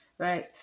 Right